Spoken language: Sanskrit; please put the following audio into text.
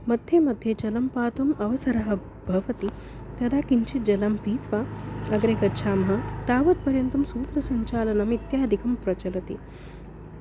मध्ये मध्ये जलं पातुम् अवसरः भवति तदा किञ्चित् जलं पीत्वा अग्रे गच्छामः तावत्पर्यन्तं सूत्रसञ्चालनमित्यादिकं प्रचलति